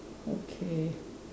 okay